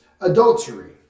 adultery